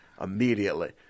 immediately